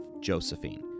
Josephine